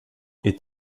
est